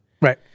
Right